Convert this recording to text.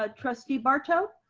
ah trustee barto.